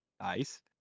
Nice